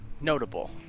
notable